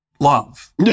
Love